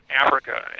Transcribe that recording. Africa